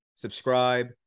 subscribe